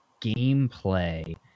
gameplay